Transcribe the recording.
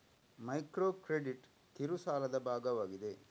micro credit ಕಿರು ಸಾಲದ ಭಾಗವಾಗಿದೆ